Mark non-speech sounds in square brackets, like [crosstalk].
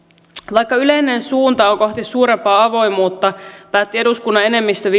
vaikka yleinen suunta on kohti suurempaa avoimuutta päätti eduskunnan enemmistö [unintelligible]